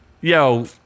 Yo